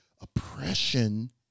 oppression